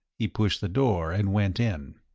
he pushed the door and went in.